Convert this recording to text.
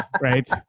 right